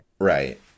Right